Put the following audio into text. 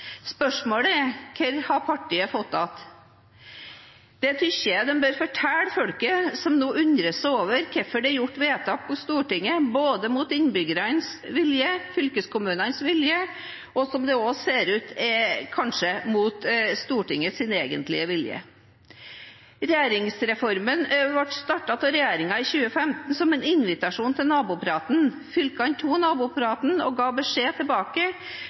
Spørsmålet er: Hva har partiet fått igjen? Det synes jeg de bør fortelle folk som nå undrer seg over hvorfor det er gjort vedtak på Stortinget mot både innbyggernes og fylkeskommunenes vilje, og som det også ser ut til at kanskje er mot Stortingets egentlige vilje. Regionreformen ble startet av regjeringen i 2015 som en invitasjon til naboprat. Fylkene tok nabopraten og ga beskjed tilbake